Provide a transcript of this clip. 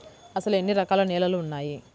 అసలు ఎన్ని రకాల నేలలు వున్నాయి?